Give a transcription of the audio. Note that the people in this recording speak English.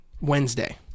Wednesday